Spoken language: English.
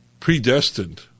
predestined